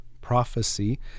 prophecy